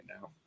now